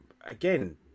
again